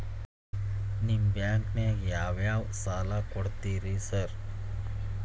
ನಿಮ್ಮ ಬ್ಯಾಂಕಿನಾಗ ಯಾವ್ಯಾವ ಸಾಲ ಕೊಡ್ತೇರಿ ಸಾರ್?